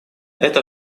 это